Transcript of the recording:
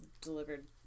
delivered